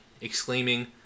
exclaiming